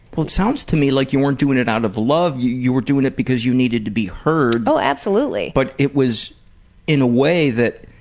but it sounds to me like you weren't doing it out of love, you you were doing it because you needed to be heard. oh, absolutely. but it was in a way that